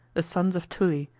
the sons of tuli,